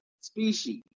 species